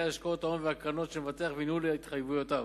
השקעת ההון והקרנות של מבטח וניהול התחייבויותיו),